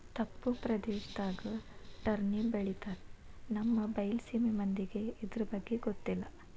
ತಪ್ಪು ಪ್ರದೇಶದಾಗ ಟರ್ನಿಪ್ ಬೆಳಿತಾರ ನಮ್ಮ ಬೈಲಸೇಮಿ ಮಂದಿಗೆ ಇರ್ದಬಗ್ಗೆ ಗೊತ್ತಿಲ್ಲ